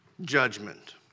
judgment